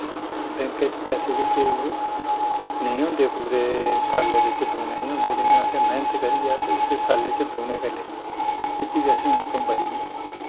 bank च पैसे जेह्ड़े ओह् नेईं होंदे पूरे साल्ले बिच्च दूने निं होंदे लेकिन मैंह्नत करियै उस्सी अस साल्लै बिच्च दुगने करी लैन्ने एह्दी बी असेंगी इंकम बड़ी ऐ